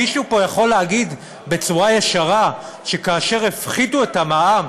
מישהו פה יכול להגיד בצורה ישרה שכאשר הפחיתו את המע"מ